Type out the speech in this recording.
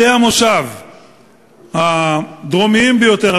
בתי המושב הדרומיים ביותר,